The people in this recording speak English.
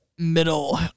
middle